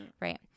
Right